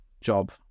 job